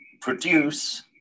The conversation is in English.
produce